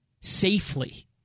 safely